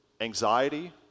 Anxiety